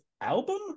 album